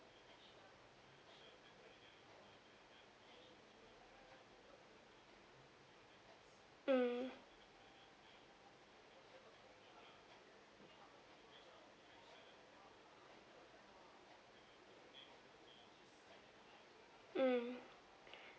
mm mm